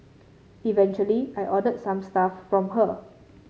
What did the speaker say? eventually I ordered some stuff from her